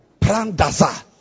Prandaza